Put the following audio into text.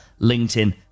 LinkedIn